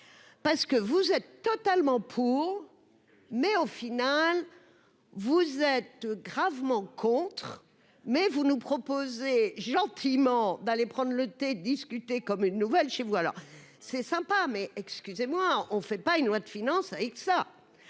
parce que vous êtes totalement pour, mais au final, vous êtes gravement contre mais vous nous proposez gentiment d'aller prendre le thé discuter comme une nouvelle chez vous, alors c'est sympa mais excusez-moi, on ne fait pas une loi de finances avec ça,